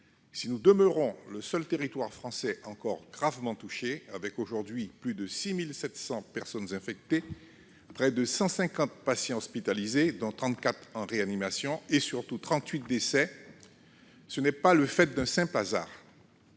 Si nous demeurons le seul territoire français encore gravement touché, avec, aujourd'hui, plus de 6 700 personnes infectées, près de 150 patients hospitalisés, dont 34 en réanimation, et surtout 38 décès, ce n'est pas le fait d'un simple hasard